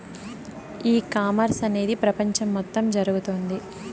e commerce అనేది ప్రపంచం మొత్తం జరుగుతోంది